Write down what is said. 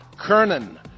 Kernan